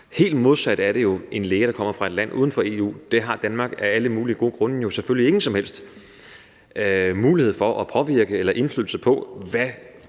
Helt modsat er det jo med en læge, der kommer fra et land uden for EU. Der har Danmark jo af alle mulige gode grunde ingen som helst mulighed for påvirke eller øve indflydelse på,